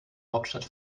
hauptstadt